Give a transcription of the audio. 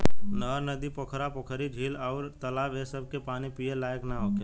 नहर, नदी, पोखरा, पोखरी, झील अउर तालाब ए सभ के पानी पिए लायक ना होखेला